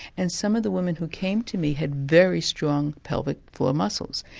and some of the women who came to me had very strong pelvic floor muscles.